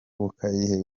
bubakiye